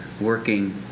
working